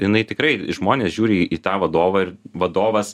jinai tikrai žmonės žiūri į tą vadovą ir vadovas